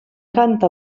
canta